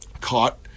caught